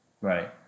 Right